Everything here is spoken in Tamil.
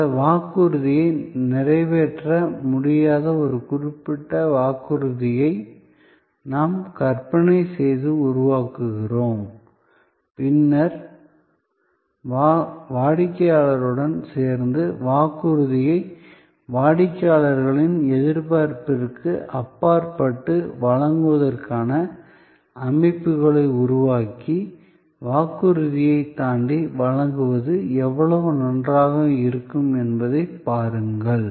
அந்த வாக்குறுதியை நிறைவேற்ற முடியாத ஒரு குறிப்பிட்ட வாக்குறுதியை நாம் கற்பனை செய்து உருவாக்குகிறோம் பின்னர் வாடிக்கையாளருடன் சேர்ந்து வாக்குறுதியை வாடிக்கையாளர்களின் எதிர்பார்ப்பிற்கு அப்பாற்பட்டு வழங்குவதற்கான அமைப்புகளை உருவாக்கி வாக்குறுதியைத் தாண்டி வழங்குவது எவ்வளவு நன்றாக இருக்கும் என்பதைப் பாருங்கள்